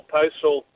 postal